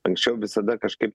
anksčiau visada kažkaip